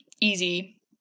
easy